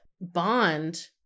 bond